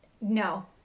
No